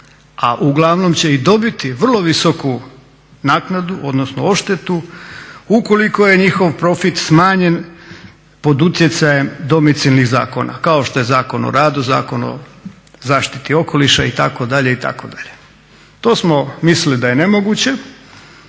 a uglavnom će i dobiti vrlo visoku naknadu odnosno odštetu ukoliko je njihov profit smanjen pod utjecajem domicilnih zakona kao što je Zakon o radu, Zakon o zaštiti okoliša itd., itd. To smo mislili da je nemoguće,